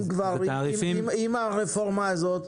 אם הרפורמה הזאת